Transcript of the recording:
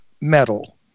metal